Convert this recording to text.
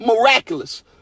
miraculous